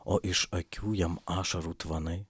o iš akių jam ašarų tvanai